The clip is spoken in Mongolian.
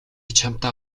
чамтай